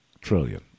Trillion